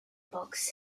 box